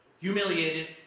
humiliated